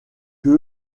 que